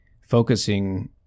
focusing